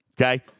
Okay